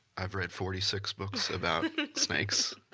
i've read forty six books about snakes,